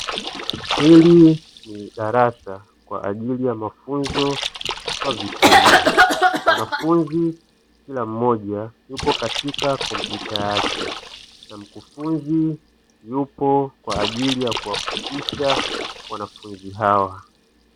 Hili ni darasa kwa ajili ya mafunzo kwa vitendo, wanafunzi kila mmoja yupo katika kompyuta yake na mkufunzi yupo kwa ajili ya kuwafundisha wanafunzi hawa.